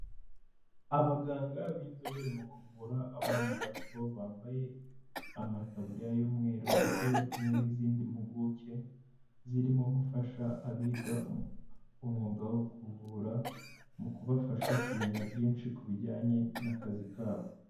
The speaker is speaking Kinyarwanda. Abaganga b'inzobere mu kuvura abana bato, bambaye amataburiya y'umweru, ndetse bari kumwe n'izindi mpuguke, zirimo gufasha abiga umwuga wo kuvura, mu kubafasha kumenya byinshi ku bijyanye n'akazi kabo.